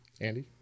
Andy